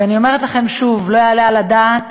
ואני אומר לכם שוב: לא יעלה על הדעת,